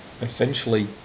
essentially